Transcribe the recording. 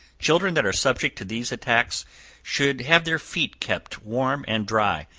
children that are subject to these attacks should have their feet kept warm and dry,